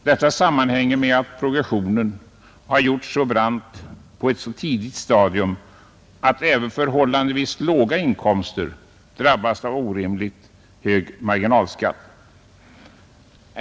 Detta sammanhänger med att progressionen har gjorts så brant på ett så tidigt stadium att även förhållandevis låga inkomster drabbas av en orimligt hög marginalskatt.